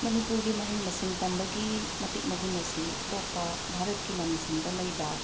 ꯃꯅꯤꯄꯨꯔꯒꯤ ꯃꯍꯩ ꯃꯁꯤꯡ ꯇꯝꯕꯒꯤ ꯃꯇꯤꯛ ꯃꯒꯨꯟ ꯑꯁꯤ ꯑꯇꯣꯞꯄ ꯚꯥꯔꯠꯀꯤ ꯂꯝꯁꯤꯡꯗ ꯂꯩꯕ